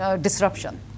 disruption